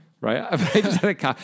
right